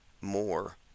more